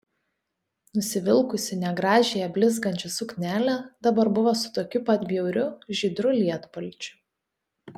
nusivilkusi negražiąją blizgančią suknelę dabar buvo su tokiu pat bjauriu žydru lietpalčiu